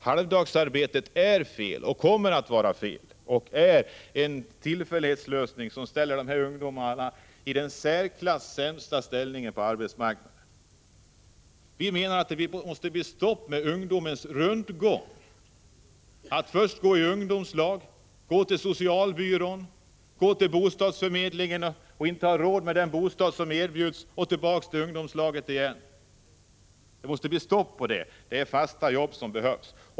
Halvtidsarbetet är fel och kommer att vara fel. Det är en tillfällighetslösning som ger dessa ungdomar den i särklass sämsta ställningen på arbetsmarknaden. Vi menar att det måste bli stopp på ungdomens rundgång — att gå i ungdomslag, gå till socialbyrån, gå till bostadsförmedlingen, inte ha råd med den bostad som erbjuds, och gå tillbaka till ungdomslaget igen. Det måste alltså bli stopp på detta. Det är fasta jobb som behövs.